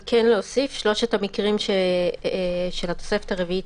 שלושת המקרים של התוספת הרביעית,